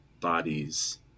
bodies